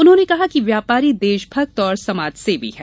उन्होंने कहा कि व्यापारी देशभक्त और समाजसेवी हैं